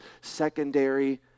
secondary